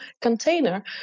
container